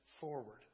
forward